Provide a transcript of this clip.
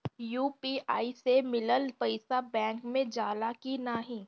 UPI से मिलल पईसा बैंक मे जाला की नाहीं?